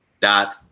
dot